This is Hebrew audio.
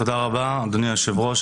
תודה רבה אדוני היושב ראש,